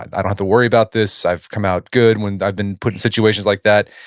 i don't have to worry about this. i've come out good when i've been put in situations like that.